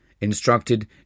instructed